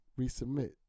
Resubmit